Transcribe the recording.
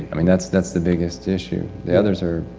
i mean that's that's the biggest issue the others are.